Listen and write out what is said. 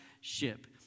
ship